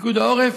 פיקוד העורף,